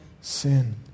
sin